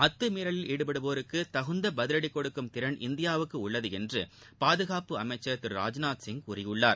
அத்துமீறலில் ஈடுபடுவோருக்கு தகுந்த பதிவடி கொடுக்கும் திறன் இந்தியாவுக்கு உள்ளது என்று பாதுகாப்பு அமைச்சர் திரு ராஜ்நாத்சிங் கூறியுள்ளார்